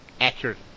accurate